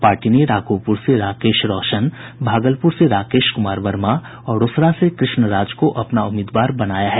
party ने राघोपुर से राकेश रौशन भागलपुर से राकेश कुमार वर्मा और रोसड़ा से कृष्ण राज को अपना उम्मीदवार बनाया है